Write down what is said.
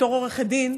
בתור עורכת דין,